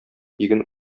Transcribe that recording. иген